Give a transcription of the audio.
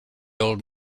old